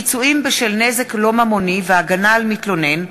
(פיצויים בשל נזק לא ממוני והגנה על מתלונן),